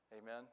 Amen